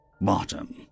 bottom